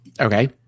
Okay